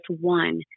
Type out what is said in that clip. one